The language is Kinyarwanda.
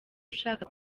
ushaka